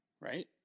Right